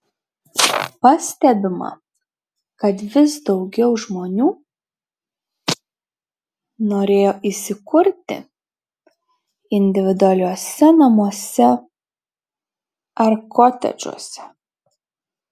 pastebima kad vis daugiau žmonių norėjo įsikurti individualiuose namuose ar kotedžuose